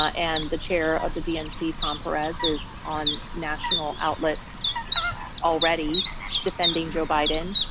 ah and the chair of the dnc, tom perez, is on national outlets already defending joe biden.